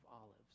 Olives